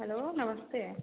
hello नमस्ते